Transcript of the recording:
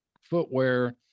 footwear